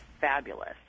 fabulous